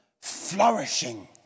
flourishing